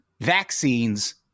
vaccines